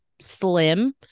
slim